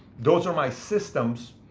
those are my systems